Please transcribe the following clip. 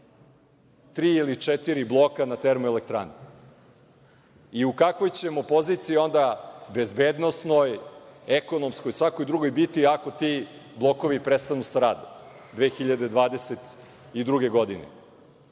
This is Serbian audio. tri ili četiri bloka na Termoelektrani? I u kakvoj ćemo poziciji onda bezbednosnoj, ekonomskoj, svakoj drugoj biti, ako ti blokovi prestanu sa radom 2022. godine? To